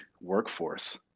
workforce